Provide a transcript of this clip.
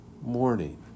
morning